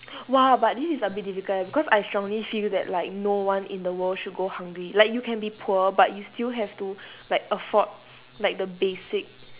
!wow! but this is a bit difficult leh because I strongly feel that like no one in the world should go hungry like you can be poor but you still have to like afford like the basic